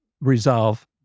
resolve